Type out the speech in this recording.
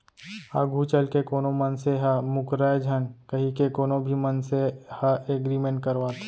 आघू चलके कोनो मनसे ह मूकरय झन कहिके कोनो भी मनसे ह एग्रीमेंट करवाथे